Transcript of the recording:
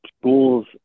schools